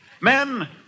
Men